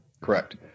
Correct